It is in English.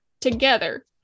together